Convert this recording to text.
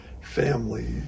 family